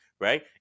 right